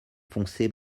foncé